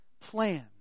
plan